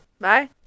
Bye